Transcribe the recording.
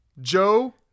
Joe